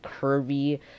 curvy